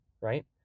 right